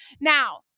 Now